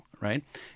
right